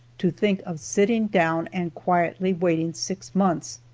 to think of sitting down and quietly waiting six months,